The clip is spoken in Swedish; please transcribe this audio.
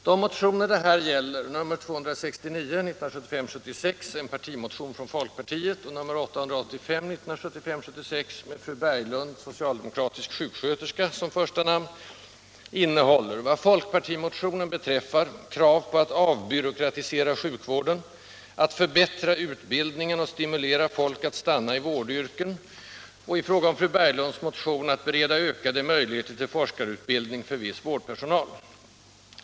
De motioner det här gäller — 1975 76:885 med fru Berglund, socialdemokratisk sjuksköterska, som första namn — innehåller, vad folkpartimotionen beträffar, krav på att ”avbyråkratisera sjukvården”, att ”förbättra utbildningen och stimulera folk att stanna i vårdyrken” och i fråga om fru Berglunds motion att bereda ”ökade möjligheter till forskarutbildning för viss vårdpersonal”.